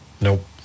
Nope